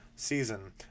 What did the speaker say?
season